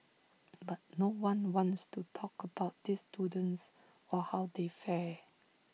but no one wants to talk about these students or how they fare